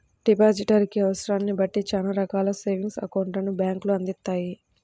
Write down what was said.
depositor కి అవసరాన్ని బట్టి చానా రకాల సేవింగ్స్ అకౌంట్లను బ్యేంకులు అందిత్తాయి